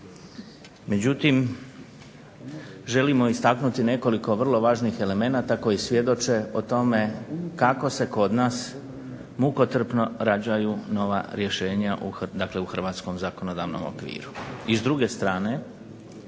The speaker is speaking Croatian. međutim želimo istaknuti nekoliko vrlo važnih elemenata koji svjedoče o tome kako se kod nas mukotrpnu rađaju nova rješenja, dakle u hrvatskom zakonodavnom okviru.